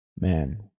Man